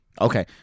okay